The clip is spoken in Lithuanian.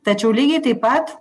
tačiau lygiai taip pat